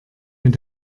mit